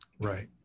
Right